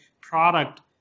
product